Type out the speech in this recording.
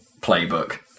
Playbook